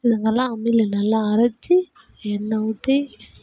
இதுங்கல்லாம் அம்மியில் நல்லா அரைச்சி எண்ணெய் ஊற்றி